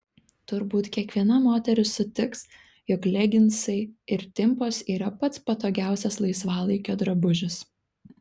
turbūt kiekviena moteris sutiks jog leginsai ir timpos yra pats patogiausias laisvalaikio drabužis